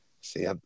See